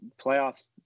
Playoffs